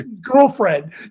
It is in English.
Girlfriend